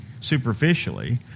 superficially